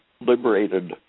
liberated